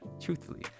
truthfully